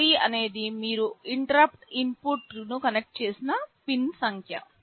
D3 అనేది మీరు interrupt ఇన్పుట్ను కనెక్ట్ చేసిన పిన్ సంఖ్య